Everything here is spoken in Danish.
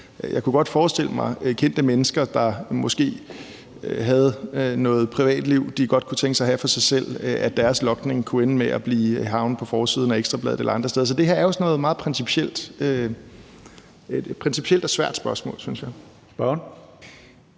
Jeg kunne godt forestille mig, hvad angår kendte mennesker, der måske havde noget privatliv, de godt kunne tænke sig at have for sig selv, at deres logning kunne ende med at havne på forsiden af Ekstra Bladet og andre steder. Så det her er jo sådan et meget principielt og svært spørgsmål, synes jeg. Kl.